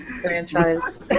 franchise